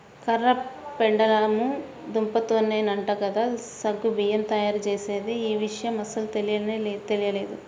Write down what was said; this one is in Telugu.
కర్ర పెండలము దుంపతోనేనంట కదా సగ్గు బియ్యం తయ్యారుజేసేది, యీ విషయం అస్సలు తెలియనే తెలియదు